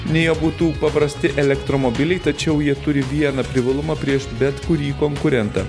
nijo būtų paprasti elektromobiliai tačiau jie turi vieną privalumą prieš bet kurį konkurentą